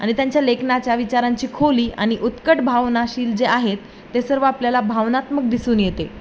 आणि त्यांच्या लेखनाच्या विचारांची खोली आणि उत्कट भावनाशील जे आहेत ते सर्व आपल्याला भावनात्मक दिसून येते